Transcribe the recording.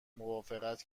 موافقت